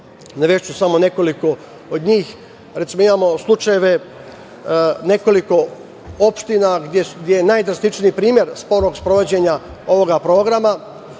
navešću samo nekoliko od njih. Recimo, imamo slučajeve nekoliko opština, gde je najdrastičnije primer sporog sprovođenja ovoga programa.